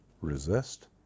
Resist